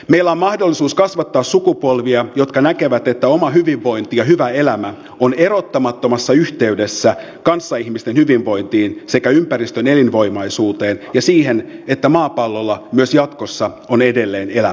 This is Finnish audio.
meillä on mahdollisuus kasvattaa sukupolvia jotka näkevät että oma hyvinvointi ja hyvä elämä ovat erottamattomassa yhteydessä kanssaihmisten hyvinvointiin sekä ympäristön elinvoimaisuuteen ja siihen että maapallolla myös jatkossa on edelleen elämää